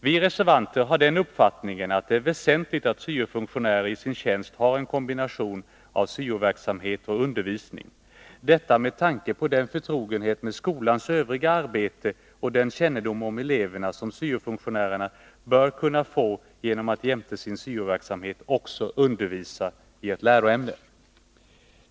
Vi reservanter har den uppfattningen att det är väsentligt att syofunktionärerna i sin tjänst har en kombination av syo-verksamhet och undervisning, detta med tanke på den förtrogenhet med skolans övriga arbete och den kännedom om eleverna som syo-funktionärerna bör kunna få genom att jämte sin syo-verksamhet också undervisa i ett läroämne.